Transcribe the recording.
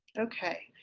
okay.